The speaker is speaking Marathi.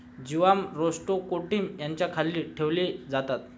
जीवाश्म रोस्ट्रोकोन्टि याच्या खाली ठेवले जातात